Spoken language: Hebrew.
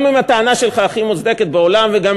גם אם הטענה שלך הכי מוצדקת בעולם וגם